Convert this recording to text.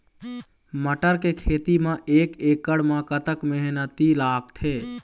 मटर के खेती म एक एकड़ म कतक मेहनती लागथे?